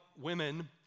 women